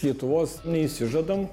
lietuvos neišsižadam